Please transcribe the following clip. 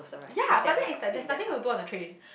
yea but then it's like there's nothing to do on the train